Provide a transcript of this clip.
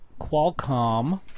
qualcomm